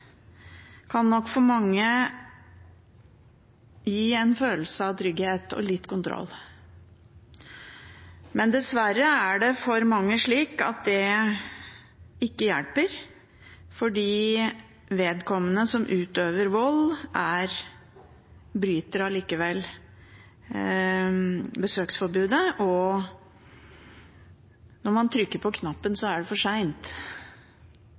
kan gi en følelse av trygghet og litt kontroll, men dessverre er det for mange slik at det ikke hjelper, fordi vedkommende som utøver vold, likevel bryter besøksforbudet, og når man trykker på knappen, er det for